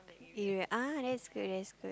area ah that's good that's good